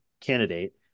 candidate